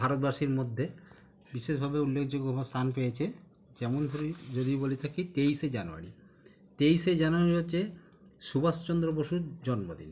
ভারতবাসীর মধ্যে বিশেষভাবে উল্লেখযোগ্য বা স্থান পেয়েছে যেমন ধরি যদি বলে থাকি তেইশে জানুয়ারি তেইশে জানুয়ারি হচ্ছে সুভাষচন্দ্র বসুর জন্মদিন